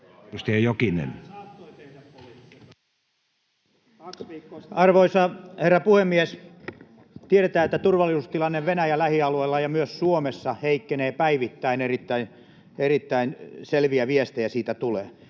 Arvoisa herra puhemies! Tiedetään, että turvallisuustilanne Venäjän lähialueilla ja myös Suomessa heikkenee päivittäin, erittäin selviä viestejä siitä tulee.